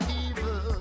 evil